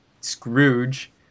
scrooge